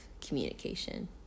communication